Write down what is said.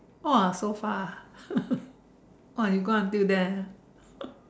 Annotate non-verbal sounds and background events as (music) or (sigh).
!wah! so far (laughs) !wah! you go until there